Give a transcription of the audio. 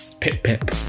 Pip-pip